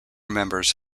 members